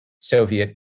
Soviet